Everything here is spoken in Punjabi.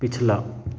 ਪਿਛਲਾ